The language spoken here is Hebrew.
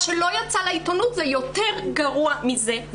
מה שלא יצא לעיתונות זה יותר גרוע מזה,